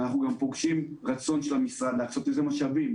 אנחנו גם פוגשים רצון של המשרד להקצות לזה משאבים.